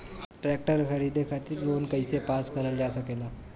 Tractor खरीदे खातीर loan कइसे पास करल जा सकेला?